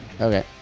Okay